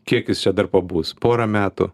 kiek jis čia dar pabus porą metų